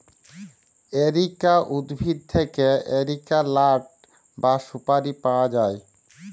areca উদ্ভিদ থেক্যে areca লাট বা সুপারি পায়া যায়